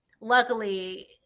luckily